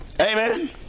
Amen